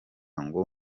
ngo